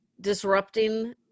disrupting